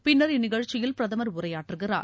பின்னர் இந்நிகழ்ச்சியில் பிரதமர் உரையாற்றுகிறார்